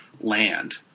land